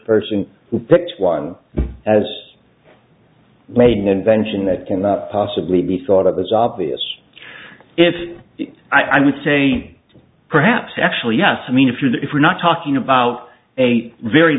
person who picks one as making an invention that cannot possibly be thought of as obvious if i would say perhaps actually yes i mean if you that if we're not talking about a very